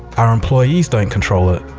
our employees don't controll it.